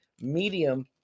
medium